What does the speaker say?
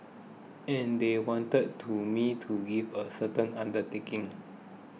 and they wanted to me to give a certain undertaking